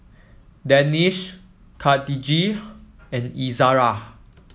Danish Khatijah and Izara